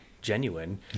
genuine